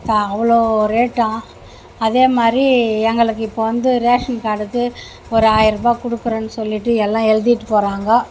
அவ்வளோ ரேட்டாம் அதே மாதிரி எங்களுக்கு இப்போ வந்து ரேஷன் கார்டுக்கு ஒரு ஆயிரம் ரூபாய் கொடுக்குறேன்னு சொல்லிட்டு எல்லாம் எழுதிகிட்டு போகிறாங்கோ